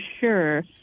sure